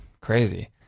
crazy